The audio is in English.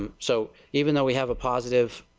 um so, even though we have positive